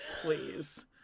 Please